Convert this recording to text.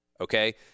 okay